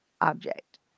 object